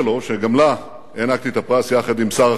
שגם לה הענקתי את הפרס יחד עם שר החינוך,